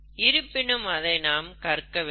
இருப்பினும் அதை நாம் கற்க வேண்டும்